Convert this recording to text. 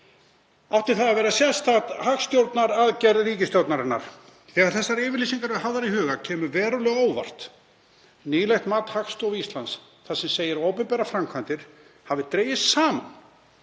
Áttu það að vera sérstakar hagstjórnaraðgerðir ríkisstjórnarinnar. Þegar þessar yfirlýsingar eru hafðar í huga kemur verulega á óvart nýlegt mat Hagstofu Íslands þar sem segir að opinberar framkvæmdir hafi dregist saman